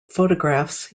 photographs